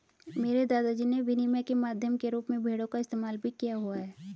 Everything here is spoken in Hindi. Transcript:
मेरे दादा जी ने विनिमय के माध्यम के रूप में भेड़ों का इस्तेमाल भी किया हुआ है